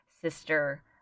sister